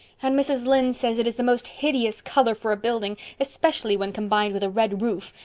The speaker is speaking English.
and mrs. lynde says it is the most hideous color for a building, especially when combined with a red roof,